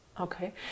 Okay